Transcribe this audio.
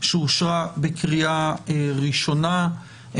שאושרה בקריאה ראשונה.